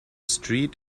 street